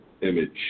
image